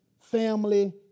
family